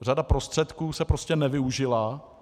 Řada prostředků se prostě nevyužila.